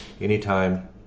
anytime